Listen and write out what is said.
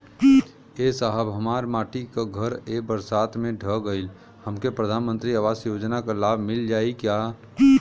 ए साहब हमार माटी क घर ए बरसात मे ढह गईल हमके प्रधानमंत्री आवास योजना क लाभ मिल जाई का?